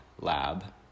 Lab